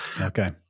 Okay